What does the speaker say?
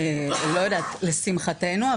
לשמחתנו,